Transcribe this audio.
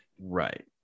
right